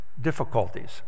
Difficulties